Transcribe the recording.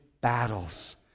battles